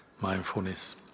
mindfulness